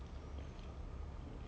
oh okay